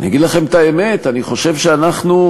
אני אגיד לכם את האמת, אני חושב שאנחנו,